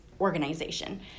organization